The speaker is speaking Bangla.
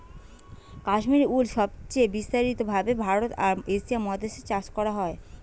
কাশ্মীরি উল সবচেয়ে বিস্তারিত ভাবে ভারতে আর এশিয়া মহাদেশে চাষ করা হয়